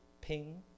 ping